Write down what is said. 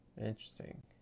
Interesting